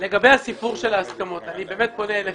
לגבי החוקים, בבקשה.